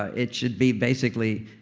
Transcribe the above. ah it should be basically,